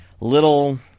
little